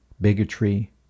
bigotry